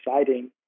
exciting